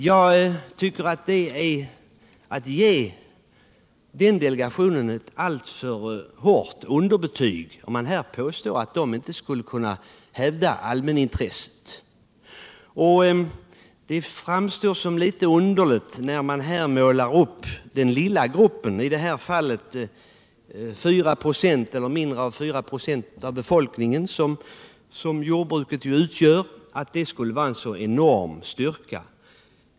Jag tycker att det är att ge delegationen ett allför hårt underbetyg, om man påstår att den inte skulle kunna hävda allmänintresset. Det framstår också som litet underligt, när man här målar ut den lilla grupp — mindre än 4 96 av befolkningen — som jordbrukarna utgör som så enormt stark.